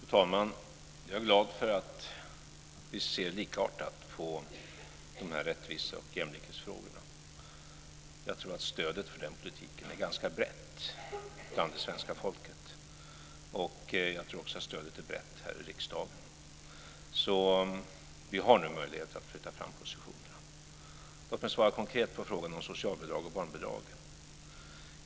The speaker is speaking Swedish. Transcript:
Fru talman! Jag är glad för att vi ser likartat på de här rättvise och jämlikhetsfrågorna. Jag tror att stödet för den politiken är ganska brett inom svenska folket och även här i riksdagen. Vi har nu möjligheter att flytta fram positionerna. Låt mig svara konkret på frågan om socialbidrag och barnbidrag.